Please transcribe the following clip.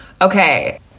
okay